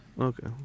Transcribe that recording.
Okay